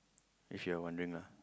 if you're wondering lah